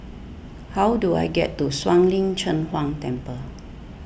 how do I get to Shuang Lin Cheng Huang Temple